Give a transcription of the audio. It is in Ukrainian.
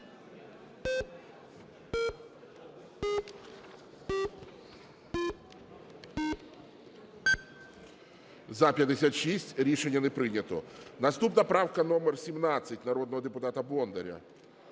За-56 Рішення не прийнято. Наступна правка - номер 17, народного депутата Бондаря.